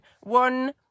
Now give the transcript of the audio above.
One